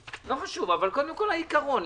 לא חשוב, אבל קודם כול העיקרון.